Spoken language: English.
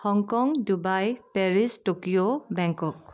Hong Kong Dubai Paris Tokyo Bangkok